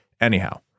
Anyhow